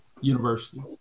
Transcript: university